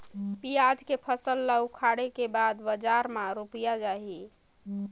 पियाज के फसल ला उखाड़े के बाद बजार मा रुपिया जाही?